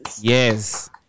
Yes